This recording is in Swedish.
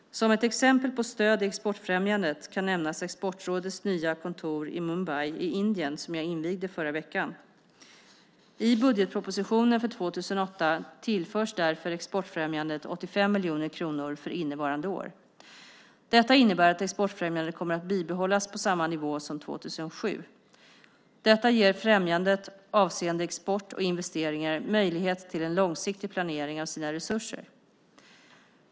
Som ett exempel på stöd i exportfrämjandet kan nämnas Exportrådets nya kontor i Mumbai i Indien som jag invigde förra veckan. I budgetpropositionen för 2008 tillförs därför exportfrämjandet 85 miljoner kronor för innevarande år. Detta innebär att exportfrämjandet kommer att bibehållas på samma nivå som 2007. Detta ger främjandet - avseende export och investeringar - möjlighet till en långsiktig planering av sina resurser.